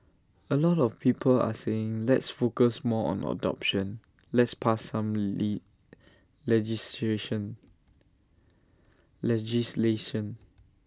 A lot of people are saying let's focus more on adoption let's pass some lee legislation legislation